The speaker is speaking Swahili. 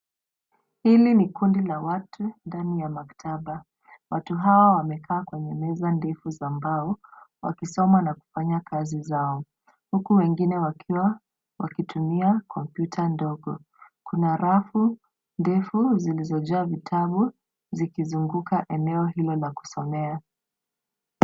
Hili ni kundi la watu ndani ya maktaba, watu hawa wamekaa kwenye meza ndefu za mbao wakisoma na kufanya kazi zao huku wengine wakitumia kompyuta ndogo, kuna rafu ndefu zilizojaa vitabu zikizunguka eneo hilo la kusomea.